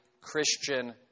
Christian